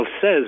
says